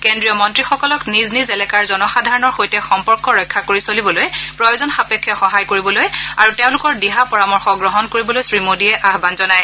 কেন্দ্ৰীয় মন্ত্ৰীসকলক নিজ নিজ এলেকাৰ জনসাধাৰণৰ সৈতে সম্পৰ্ক ৰক্ষা কৰি চলিবলৈ প্ৰয়োজন সাপেক্ষে সহায় কৰিবলৈ আৰু তেওঁলোকৰ দিহা পৰামৰ্শ গ্ৰহণ কৰিবলৈ শ্ৰী মোডীয়ে আহ্বান জনায়